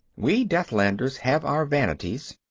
we deathlanders have our vanities.